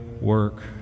work